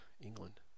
England